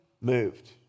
moved